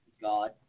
God